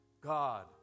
God